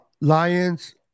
Lions